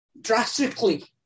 drastically